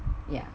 ya